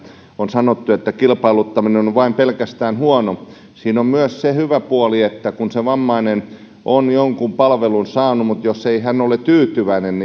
on sanottu että kilpailuttaminen on on pelkästään huonoa että siinä on myös se hyvä puoli että kun se vammainen on jonkun palvelun saanut mutta ei ole tyytyväinen